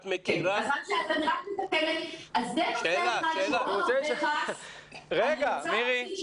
את מכירה ------ זה הבדל אחד שהוא --- אני רוצה להגיד שהוא